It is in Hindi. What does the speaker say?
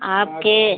आपके